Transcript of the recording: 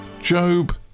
Job